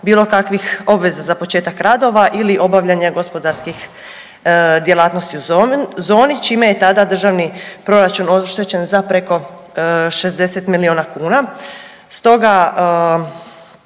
bilo kakvih obveza za početak radova ili obavljanja gospodarskih djelatnosti u zoni čime je tada državni proračun oštećen za preko 60 milijuna kuna. Stoga